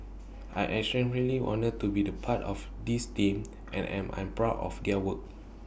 I'm extremely honoured to be the part of this team and am an proud of their work